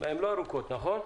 הן לא ארוכות, נכון?